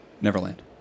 Neverland